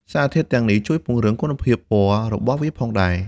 សារធាតុទាំងនេះជួយពង្រឹងគុណភាពពណ៌របស់វាផងដែរ។